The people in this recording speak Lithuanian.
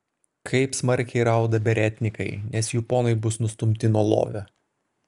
kaip smarkiai rauda beretnikai nes jų ponai bus nustumti nuo lovio